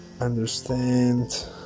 understand